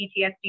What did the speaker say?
PTSD